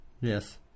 yes